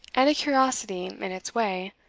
and a curiosity in its way.